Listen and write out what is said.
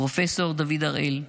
פרופ' דוד הראל: